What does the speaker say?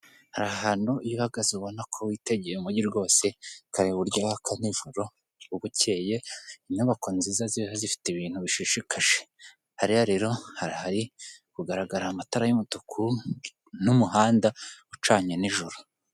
Hari ahantu iyo uhagaze ubona ko witegeye umujyi rwose ukareba iko yaka nijoro. Bukeye inyubako nziza ziba zifite ibintu bishishikaje. hariya rero hari ahari kugaragara amatara y'umutuku n'umuhanda ucanye nijoro .